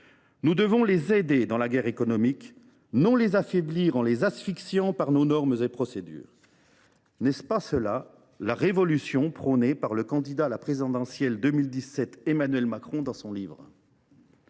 Nous devons les aider dans la guerre économique, non les affaiblir en les asphyxiant par nos normes et procédures. N’est ce pas cela la « révolution » prônée dans son livre par le candidat à la présidentielle de 2017 Emmanuel Macron ? Ce qui est